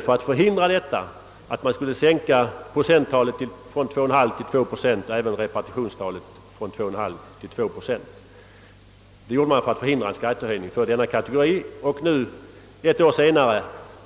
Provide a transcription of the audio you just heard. För att förhindra detta beslöt vi sänka procenttalet och även repartitionstalet från 2,5 till 2 procent. Ett år senare